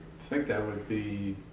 think that would be,